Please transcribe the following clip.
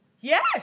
Yes